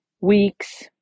weeks